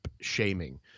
shaming